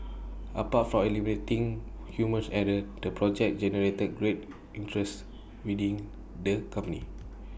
apart for eliminating human's error the project generated great interest within the company